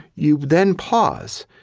you then pause.